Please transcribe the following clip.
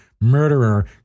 murderer